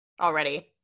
Already